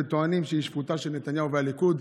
המציאות היא שרכישת כלים תעלה עבור כל משפחה אלפי שקלים,